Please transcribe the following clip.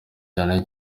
cyane